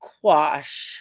quash